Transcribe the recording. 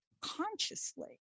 consciously